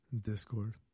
Discord